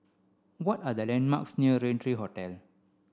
what are the landmarks near Raintr three Hotel